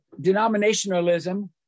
Denominationalism